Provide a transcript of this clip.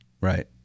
Right